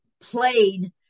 played